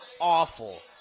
awful